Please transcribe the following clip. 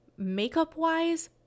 Makeup-wise